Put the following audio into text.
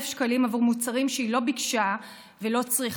שקלים עבור מוצרים שהיא לא ביקשה ולא צריכה.